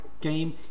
Game